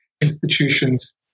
institutions